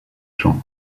champs